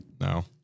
No